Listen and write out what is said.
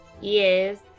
Yes